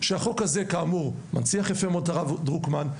שהחוק הזה כאמור מנציח יפה מאוד את הרב דרוקמן,